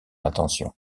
attention